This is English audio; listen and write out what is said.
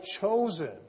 chosen